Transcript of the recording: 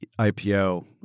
IPO